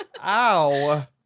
Ow